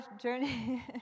journey